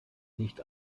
nicht